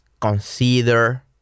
consider